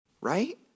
Right